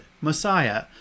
messiah